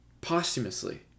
Posthumously